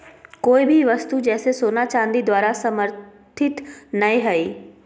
कोय भी वस्तु जैसे सोना चांदी द्वारा समर्थित नय हइ